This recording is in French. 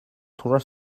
trois